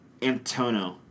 Antono